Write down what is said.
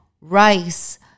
rice